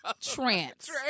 Trance